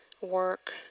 work